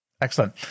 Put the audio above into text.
Excellent